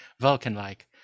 Vulcan-like